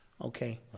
Okay